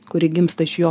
kuri gimsta iš jo